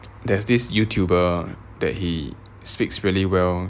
there's this YouTuber that he speaks really well